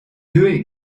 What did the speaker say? doing